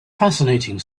fascinating